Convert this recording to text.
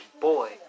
Boy